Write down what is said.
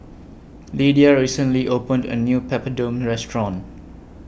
Lidia recently opened A New Papadum Restaurant